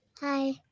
Hi